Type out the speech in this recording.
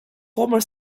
former